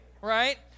right